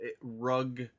rug